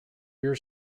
rear